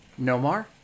Nomar